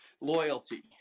loyalty